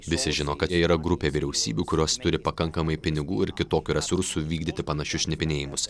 visi žino kad e yra grupė vyriausybių kurios turi pakankamai pinigų ir kitokių resursų vykdyti panašius šnipinėjimus